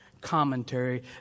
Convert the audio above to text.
commentary